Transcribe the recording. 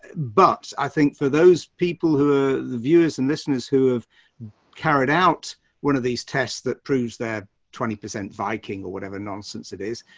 but i think for those people who are the viewers and listeners who have carried out one of these tests that proves that twenty percent viking or whatever nonsense it is,